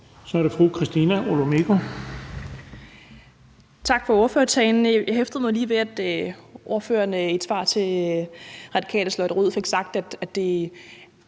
Kl. 14:46 Christina Olumeko (ALT): Tak for ordførertalen. Jeg hæftede mig lige ved, at ordføreren i et svar til Radikales Lotte Rod fik sagt, at det er